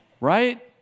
Right